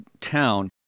town